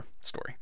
story